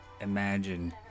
imagine